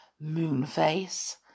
Moonface